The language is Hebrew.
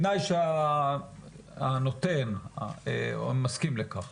בתנאי שהנותן הוא מסכים לכך?